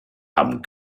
haben